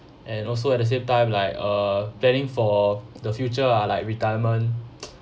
and also at the same time like uh planning for the future lah like retirement